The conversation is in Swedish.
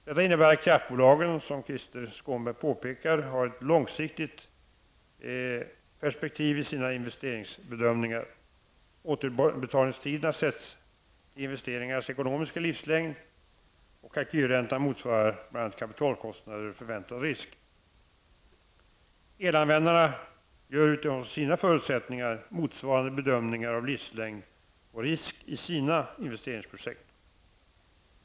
Detta innebär att kraftbolagen, som Krister Skånberg påpekar, har ett långsiktigt perspektiv vid sina investeringsbedömningar. Återbetalningstiderna sätts till investeringens ekonomiska livslängd, och kalkylräntan motsvarar bl.a. kapitalkostnader och förväntad risk. Elanvändarna gör utifrån sina förutsättningar motsvarande bedömningar av livslängd och risk i sina investeringsprojekt.